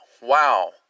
wow